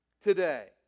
today